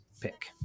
pick